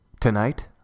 Tonight